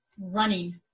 running